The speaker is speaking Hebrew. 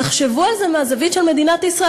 תחשבו על זה מהזווית של מדינת ישראל.